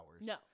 No